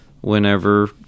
whenever